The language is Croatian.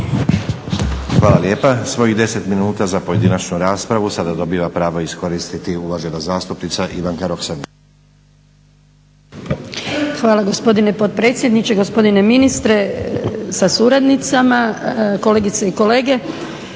Hvala lijepa. Svojih 10 minuta za pojedinačnu raspravu sada dobiva pravo iskoristiti uvažena zastupnica Ivanka Roksandić. **Roksandić, Ivanka (HDZ)** Hvala gospodine potpredsjedniče, gospodine ministre sa suradnicama, kolegice i kolege.